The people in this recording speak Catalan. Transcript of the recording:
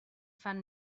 fan